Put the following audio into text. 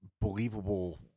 believable